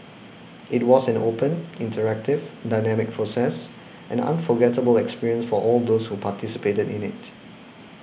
it was an open interactive dynamic process an unforgettable experience for all those who participated in it